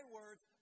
words